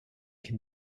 can